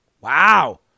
Wow